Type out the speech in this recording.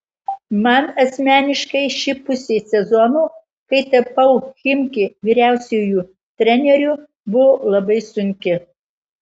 man asmeniškai ši pusė sezono kai tapau chimki vyriausiuoju treneriu buvo labai sunki